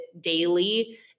daily